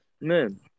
Man